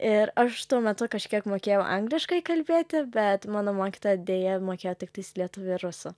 ir aš tuo metu kažkiek mokėjau angliškai kalbėti bet mano mokytoja deja mokėjo tiktais lietuvių ir rusų